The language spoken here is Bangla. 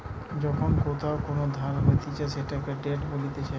যখন কোথাও কোন ধার হতিছে সেটাকে ডেট বলতিছে